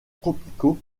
tropicaux